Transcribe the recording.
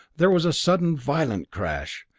there was a sudden violent crash,